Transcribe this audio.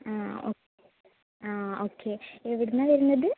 ആ ഓ ആ ഓക്കെ എവിടെ നിന്നാണ് വരുന്നത്